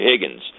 Higgins